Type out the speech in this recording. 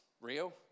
real